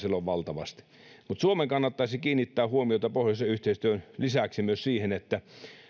siellä on valtavasti suomen kannattaisi kiinnittää huomiota pohjoisen yhteistyön lisäksi siihen että